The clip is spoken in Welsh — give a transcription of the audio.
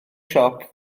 siop